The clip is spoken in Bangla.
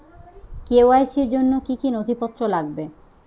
কে.ওয়াই.সি র জন্য কি কি নথিপত্র লাগবে?